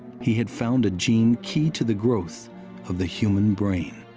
he had found a gene key to the growth of the human brain.